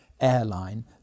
airline